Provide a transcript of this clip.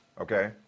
Okay